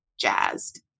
jazzed